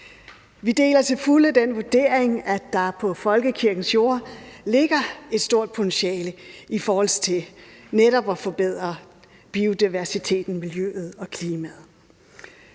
Vi deler til fulde den vurdering, at der på folkekirkens jorder ligger et stort potentiale i forhold til netop at forbedre biodiversiteten, miljøet og klimaet,